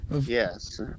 Yes